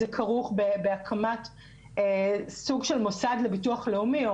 זה כרוך בהקמת סוג של מוסד לביטוח לאומי או